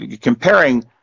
comparing